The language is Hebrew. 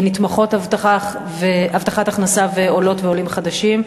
נתמכות הבטחת הכנסה ועולות ועולים חדשים,